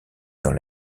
dans